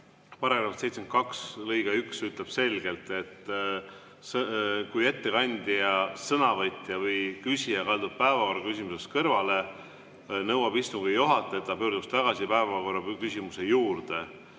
Paragrahvi 72 lõige 1 ütleb selgelt, et kui ettekandja, sõnavõtja või küsija kaldub päevakorraküsimusest kõrvale, nõuab istungi juhataja, et ta pöörduks tagasi päevakorraküsimuse juurde.